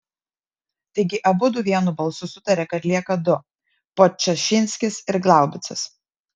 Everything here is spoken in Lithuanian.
taigi abudu vienu balsu sutarė kad lieka du podčašinskis ir glaubicas